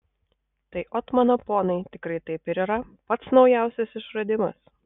tai ot mano ponai tikrai taip ir yra pats naujausias išradimas